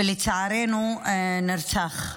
לצערנו הוא נרצח,